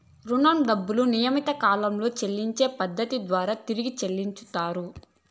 రుణం డబ్బులు నియమిత కాలంలో చెల్లించే పద్ధతి ద్వారా తిరిగి చెల్లించుతరు